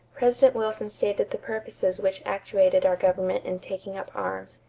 president wilson stated the purposes which actuated our government in taking up arms.